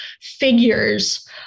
figures